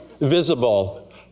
visible